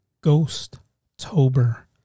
Ghost-tober